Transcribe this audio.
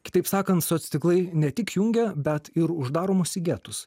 kitaip sakant soc tinklai ne tik jungia bet ir uždaro mus į getus